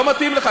לא מתאים לך,